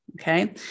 okay